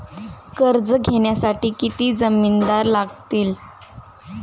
कर्ज घेण्यासाठी किती जामिनदार लागतील?